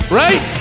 right